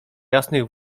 jasnych